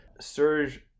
Serge